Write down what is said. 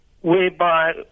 whereby